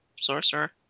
sorcerer